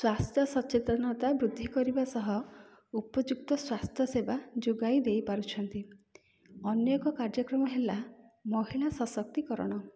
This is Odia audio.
ସ୍ୱାସ୍ଥ୍ୟ ସଚେତନତା ବୃଦ୍ଧି କରିବା ସହ ଉପଯୁକ୍ତ ସ୍ୱାସ୍ଥ୍ୟ ସେବା ଯୋଗାଇ ଦେଇ ପାରୁଛନ୍ତି ଅନ୍ୟ ଏକ କାର୍ଯ୍ୟକ୍ରମ ହେଲା ମହିଳା ସଶକ୍ତିକରଣ